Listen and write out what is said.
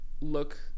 look